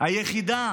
היחידה